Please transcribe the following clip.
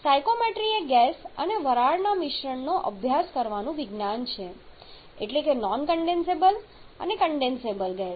psychometry એ gas અને વરાળના મિશ્રણનો અભ્યાસ કરવાનું વિજ્ઞાન છે એટલે કે નોન કન્ડેન્સેબલ ગેસ અને કન્ડેન્સેબલ ગેસ